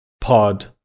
pod